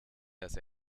dass